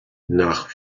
nach